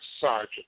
sergeant